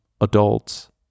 adults